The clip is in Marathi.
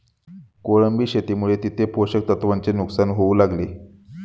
कोळंबी शेतीमुळे तिथे पोषक तत्वांचे नुकसान होऊ लागले